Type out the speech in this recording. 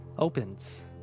opens